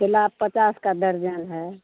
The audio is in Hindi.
केला पचास का दर्जन है